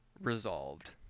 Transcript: resolved